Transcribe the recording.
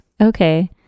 Okay